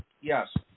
Yes